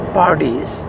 parties